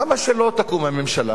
למה שלא תקום הממשלה,